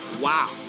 Wow